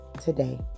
today